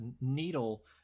Needle